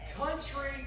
country